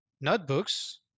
notebooks